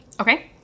Okay